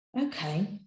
Okay